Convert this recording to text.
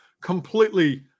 completely